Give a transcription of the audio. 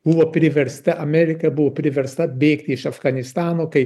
buvo priversta amerika buvo priversta bėgti iš afganistano kai